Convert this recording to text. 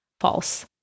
False